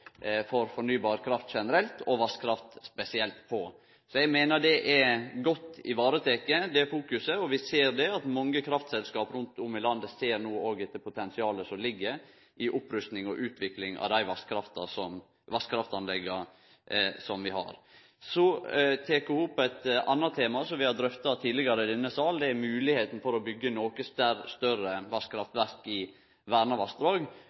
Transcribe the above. fornybar kraft på generelt og vasskraft spesielt. Så eg meiner det fokuset er godt vareteke. Vi ser òg at mange kraftselskap rundt om i landet no ser etter potensialet som ligg i opprusting og utvikling av dei vasskraftanlegga som vi har. Så tek ho opp eit anna tema som vi har drøfta tidlegare i denne salen, og det er moglegheita for å byggje noko større vasskraftverk i verna